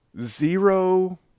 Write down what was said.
Zero –